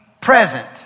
present